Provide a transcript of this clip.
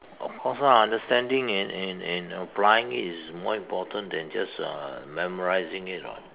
of course lah understanding and and and applying it is more important than just uh memorizing it [what]